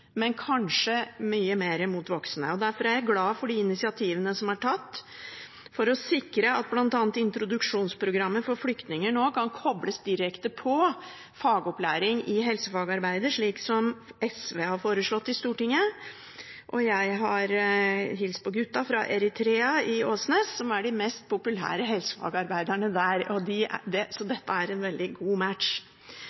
Men vi må få langt flere til å bli værende, og vi må rekruttere ganske tøft blant voksne, for jeg tror dette er et yrke som kanskje er vanskelig å velge når man er 16–17. Derfor er jeg glad for de initiativene som er tatt for å sikre at bl.a. introduksjonsprogrammet for flyktninger nå kan kobles direkte på fagopplæring i helsefagarbeidet, slik som SV har foreslått i Stortinget. Jeg har hilst på